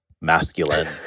masculine